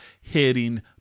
hitting